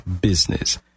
business